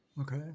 Okay